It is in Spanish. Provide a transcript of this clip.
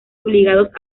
obligados